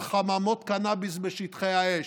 על חממות קנביס בשטחי האש,